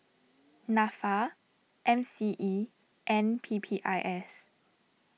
Nafa M C E and P P I S